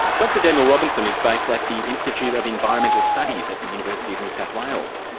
dr daniel robinson is based at the institute of environmental studies at the university of new south wales.